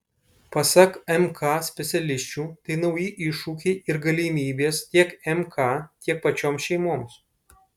pasak mk specialisčių tai nauji iššūkiai ir galimybės tiek mk tiek pačioms šeimoms